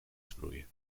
sproeien